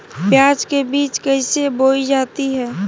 प्याज के बीज कैसे बोई जाती हैं?